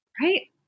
Right